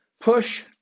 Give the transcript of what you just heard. push